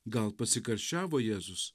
gal pasikarščiavo jėzus